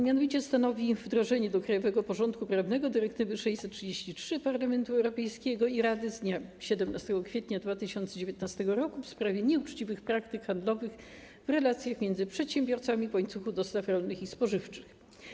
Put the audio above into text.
Mianowicie ustawa ta stanowi wdrożenie do krajowego porządku prawnego dyrektywy 633 Parlamentu Europejskiego i Rady z dnia 17 kwietnia 2019 r. w sprawie nieuczciwych praktyk handlowych w relacjach między przedsiębiorcami w łańcuchu dostaw rolnych i spożywczych.